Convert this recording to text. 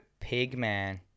Pigman